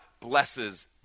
blesses